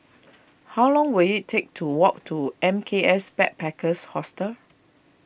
how long will it take to walk to M K S Backpackers Hostel